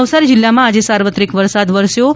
નવસારી જિલ્લામાં આજે સાર્વત્રિક વરસાદ વરસ્યો હતો